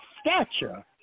stature